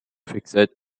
fixate